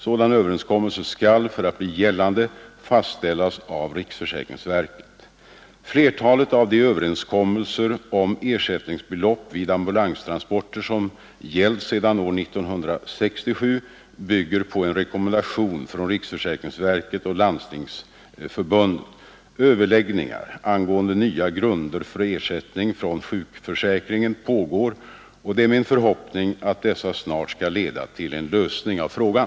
Sådan överenskommelse skall för att bli gällande fastställas av riksförsäkringsverket. Flertalet av de överenskommelser om ersättningsbelopp vid ambulanstransporter som gällt sedan år 1967 bygger på en rekommendation från riksförsäkringsverket och Landstingsförbundet. Överläggningar angående nya grunder för ersättning från sjukförsäkringen pågår och det är min förhoppning att dessa snart skall leda till en lösning av frågan.